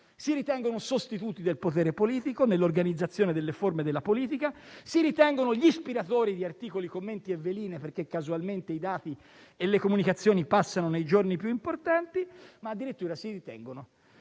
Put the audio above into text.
si ritengono sostituti del potere politico nell'organizzazione delle forme della politica; si ritengono gli ispiratori di articoli, commenti e veline, perché casualmente i dati e le comunicazioni passano nei giorni più importanti, ma addirittura si ritengono